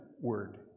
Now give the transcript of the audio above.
Word